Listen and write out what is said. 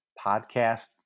podcast